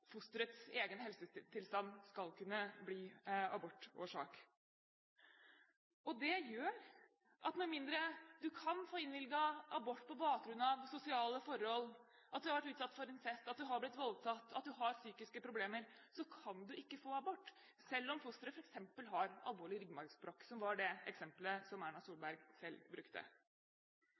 fosterets egen helsetilstand skal kunne bli abortårsak. Det gjør at med mindre du kan få innvilget abort på bakgrunn av sosiale forhold, at du har vært utsatt for incest, at du har blitt voldtatt, at du har psykiske problemer, så kan du ikke få abort selv om fosteret f.eks. har alvorlig ryggmargsbrokk, som var det eksempelet som Erna Solberg selv brukte.